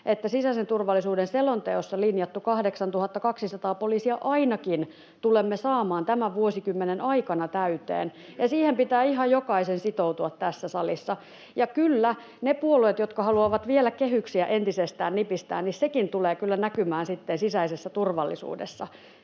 että sisäisen turvallisuuden selonteossa linjatut 8 200 poliisia ainakin tulemme saamaan tämän vuosikymmenen aikana täyteen, ja siihen pitää ihan jokaisen sitoutua tässä salissa. Ja kyllä, ne puolueet, jotka haluavat vielä kehyksiä entisestään nipistää: sekin tulee kyllä näkymään sitten sisäisessä turvallisuudessa.